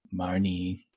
Marnie